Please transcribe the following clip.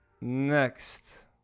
Next